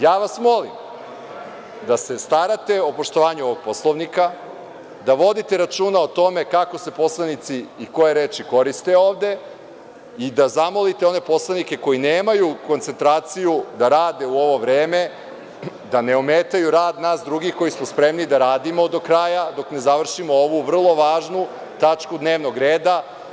Ja vas molim da se starate o poštovanju ovog Poslovnika, da vodite računa o tome koje reči poslanici koriste ovde i da zamolite one poslanike koji nemaju koncentraciju da rade u ovo vreme, da ne ometaju rad nas drugih koji smo spremni da radimo do kraja, dok ne završimo ovu vrlo važnu tačku dnevnog reda.